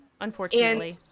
unfortunately